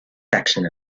section